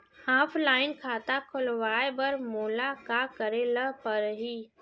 Offline खाता खोलवाय बर मोला का करे ल परही?